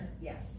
Yes